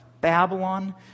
Babylon